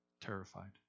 terrified